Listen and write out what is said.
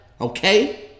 Okay